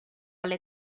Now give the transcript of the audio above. alle